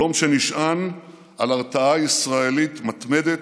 שלום שנשען על הרתעה ישראלית מתמדת,